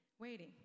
waiting